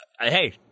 Hey